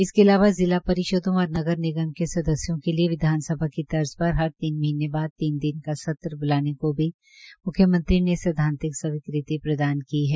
इसके अलावा जिला परिषदों व नगर निगम के सदस्यों के लिए विधानसभा की तर्ज पर हर तीन महीने बाद तीन दिन का सत्र ब्लाने को भी म्ख्यमंत्री ने सैद्घांतिक स्वीकृति प्रदान की है